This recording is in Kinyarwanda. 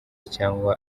cyanga